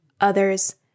others